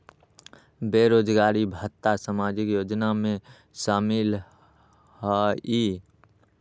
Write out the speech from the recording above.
बेरोजगारी भत्ता सामाजिक योजना में शामिल ह ई?